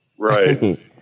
Right